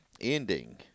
ending